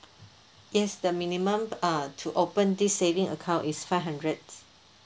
yes the minimum uh to open this saving account is five hundred